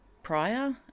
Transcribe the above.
prior